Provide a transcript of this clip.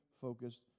focused